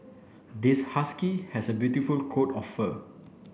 this husky has a beautiful coat of fur